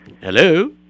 Hello